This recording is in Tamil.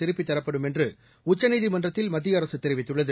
திருப்பித் தரப்படும் என்று உச்சநீதிமன்றத்தில் மத்திய அரசு தெரிவித்துள்ளது